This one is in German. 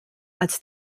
als